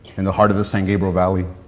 in the heart of the san gabriel valley.